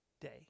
day